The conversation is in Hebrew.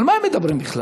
על מה הם מדברים בכלל?